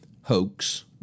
hoax